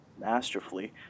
masterfully